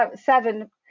seven